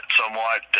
somewhat